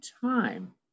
time